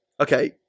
Okay